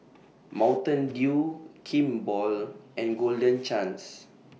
Mountain Dew Kimball and Golden Chance